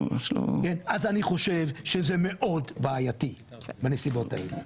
אז אני חושב שזה מאוד בעייתי בנסיבות האלה,